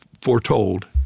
foretold